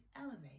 elevate